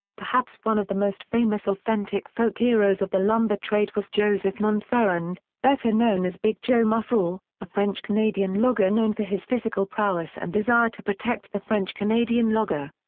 perhaps one of the most famous authentic folk heroes of the lumber trade was joseph montferrand, better known as big joe mufferaw, a ah french-canadian logger known for his physical prowess and desire to protect the french canadian logger.